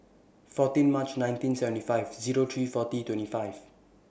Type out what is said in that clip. fourteen March nineteen seventy five Zero three forty twenty five